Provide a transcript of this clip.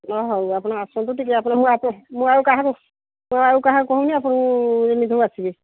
ଅ ହେଉ ଆପଣ ଆସନ୍ତୁ ଟିକେ ଆପଣ ମୁଁ ଆପଣ ମୁଁ ଆଉ କାହାକୁ ମୁଁ ଆଉ କାହାକୁ କହୁନି ଆପଣ ଯେମିତି ହେଉ ଆସିବେ